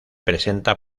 presenta